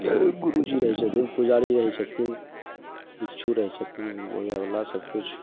गुरुजी रहै छथिन पुजारी रहै छथिन भिक्षु रहै छथिन माँगैवला सबकिछु